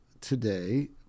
today